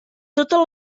tota